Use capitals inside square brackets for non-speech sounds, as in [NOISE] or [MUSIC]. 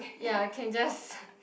ya can just [BREATH]